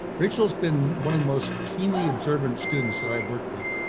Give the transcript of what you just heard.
rachel has been one of the most keenly observant students that i've worked with,